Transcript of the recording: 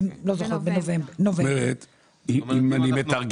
זאת אומרת שאנחנו מדברים